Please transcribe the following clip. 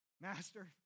Master